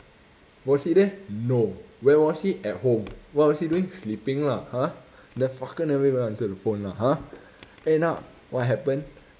was he there no where was he at home what was he doing sleeping lah !huh! that fucker never even answer the phone lah !huh! end up what happened